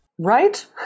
Right